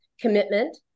commitment